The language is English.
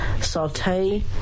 saute